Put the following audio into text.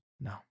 No